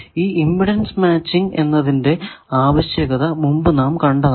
ഈ impedance matching എന്നതിന്റെ ആവശ്യകത മുമ്പ് നാം കണ്ടതാണ്